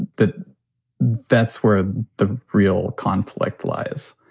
that that's where ah the real conflict lies.